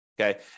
Okay